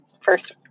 first